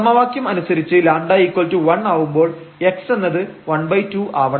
സമവാക്യം അനുസരിച്ച് λ1 ആവുമ്പോൾ x എന്നത് 12 ആവണം